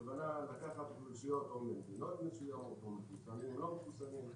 הכוונה לקחת אוכלוסיות או ממדינות מסוימות או מחוסנים עם לא מחוסנים.